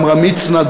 עמרם מצנע,